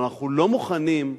אבל אנחנו לא מוכנים,